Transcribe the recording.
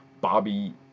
Bobby